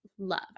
love